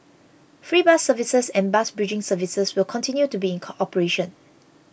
free bus services and bus bridging services will continue to be in cooperation